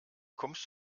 kommst